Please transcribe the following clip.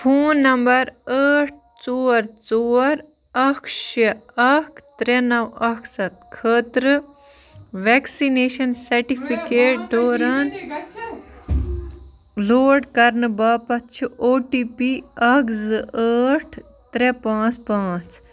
phone number ٲٹھ ژور ژور اَکھ شےٚ اَکھ ترٛےٚ نَو اَکھ سَتھ خٲطرٕ ویکسِنیٚشن سرٹِفکیٹ دوران لوڈ کَرنہٕ باپتھ چھُ او ٹی پی اَکھ زٕ ٲٹھ ترٛےٚ پانٛژھ پانٛژھ